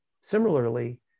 Similarly